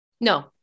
No